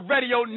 Radio